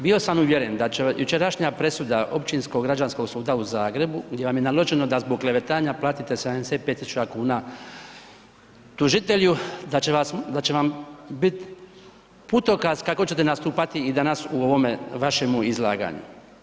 Bio sam uvjeren da će jučerašnja presuda Općinskog građanskog suda u Zagrebu gdje vam je naloženo da zbog klevetanja platite 75 000 kuna tužitelju da će vam bit putokaz kako ćete nastupati i danas u ovome vašemu izlaganju.